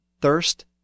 Thirst